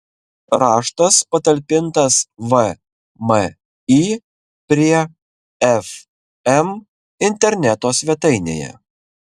raštas patalpintas vmi prie fm interneto svetainėje